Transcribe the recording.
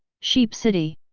sheep city.